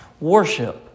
Worship